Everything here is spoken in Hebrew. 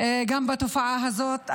גם בתופעה הזאת.